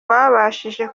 babashije